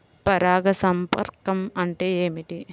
పరాగ సంపర్కం అంటే ఏమిటి?